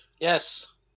Yes